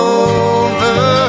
over